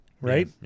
right